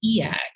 EX